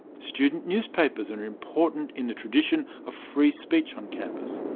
student newspapers and are important in the tradition of free speech on campus.